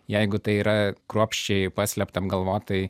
jeigu tai yra kruopščiai paslėpta apgalvotai